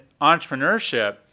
entrepreneurship